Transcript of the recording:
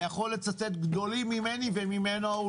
והוא יכול לצטט גדולים ממני וממנו,